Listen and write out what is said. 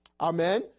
Amen